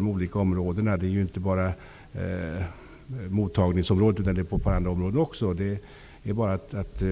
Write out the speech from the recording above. Det gäller inte bara flyktingmottagningen utan även andra områden. Det är bara att